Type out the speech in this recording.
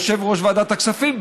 יושב-ראש ועדת הכספים,